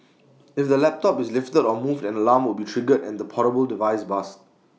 if the laptop is lifted or moved an alarm will be triggered and the portable device buzzed